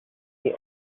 the